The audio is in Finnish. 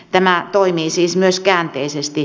tämä toimii siis myös käänteisesti